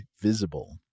Visible